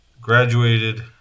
graduated